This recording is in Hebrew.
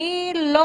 אני לא